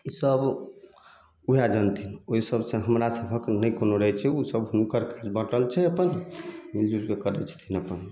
सब ओएह जनथिन ओहि सबसँ हमरा सभकऽ नहि कोनो रहैत छै ओ सब हुनकर बँटल छै अपन मिलजुलके करैत छथिन अपन